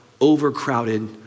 overcrowded